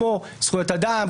כמו: זכויות אדם,